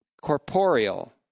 Corporeal